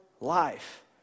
life